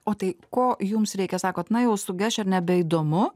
o tai ko jums reikia sakot na jau su gešer nebeįdomu